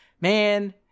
man